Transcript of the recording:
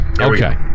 Okay